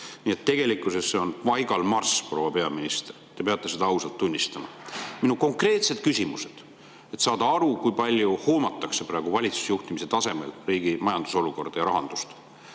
Nii et tegelikkuses see on paigalmarss, proua peaminister. Te peate seda ausalt tunnistama. Mul on konkreetsed küsimused, et saada aru, kui palju hoomatakse praegu valitsusjuhtimise tasemel riigi majanduse ja rahanduse